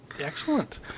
Excellent